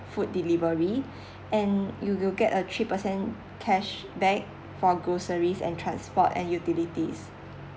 food delivery and you will get a three per cent cashback for groceries and transport and utilities